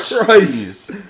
Christ